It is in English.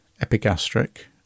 epigastric